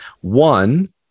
One